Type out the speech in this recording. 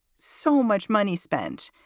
so much money spent.